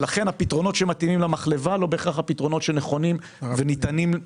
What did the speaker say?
לכן הפתרונות שמתאימים למחלבה הם לא בהכרח הפתרונות הנכונים לרפתנים.